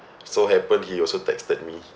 so happened he also texted me